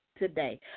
Today